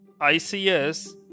ICS